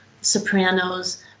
sopranos